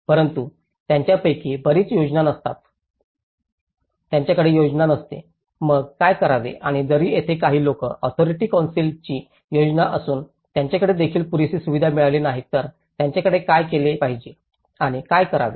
परंतु त्यांच्यापैकी बरीच योजना नसतात त्यांच्याकडे योजना नसते मग काय करावे आणि जरी तेथे काही लोकल ऑथॉरिटी कौन्सिलची योजना असून त्यांच्याकडे देखील पुरेशी सुविधा मिळाली नाही तर त्यांच्याकडे काय केले पाहिजे आणि काय करावे